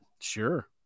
Sure